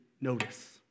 notice